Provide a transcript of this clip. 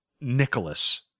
Nicholas